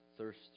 Thirst